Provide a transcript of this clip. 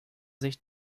sich